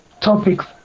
topics